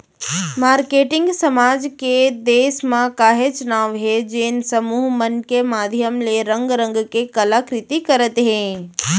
marketing समाज के देस म काहेच नांव हे जेन समूह मन के माधियम ले रंग रंग के कला कृति करत हे